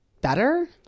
better